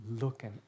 looking